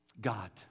God